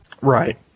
Right